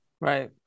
Right